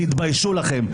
תתביישו לכם.